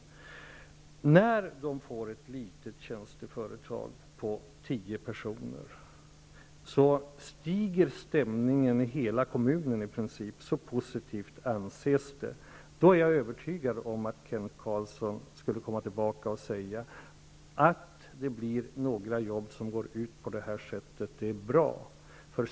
När en sådan ort får ett litet tjänsteföretag med tio personer stiger stämningen i hela kommunen -- så positivt anses det vara. Jag är övertygad om att Kent Carlsson då skulle komma tillbaka och säga att det är bra att några jobb går ut på detta sätt.